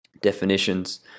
definitions